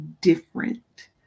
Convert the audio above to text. different